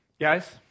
Guys